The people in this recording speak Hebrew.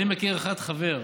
אני מכיר אחד, חבר,